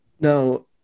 Now